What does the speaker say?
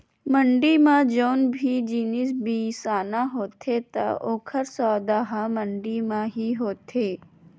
मंड़ी म जउन भी जिनिस बिसाना होथे त ओकर सौदा ह मंडी म ही होथे